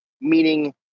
meaning